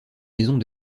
maisons